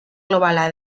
globala